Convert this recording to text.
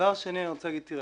דבר שני אני רוצה להגיד, תראה,